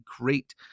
great